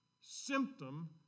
symptom